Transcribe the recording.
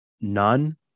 none